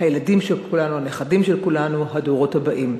הילדים של כולנו, הנכדים של כולנו, הדורות הבאים.